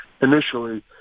initially